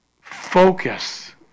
focus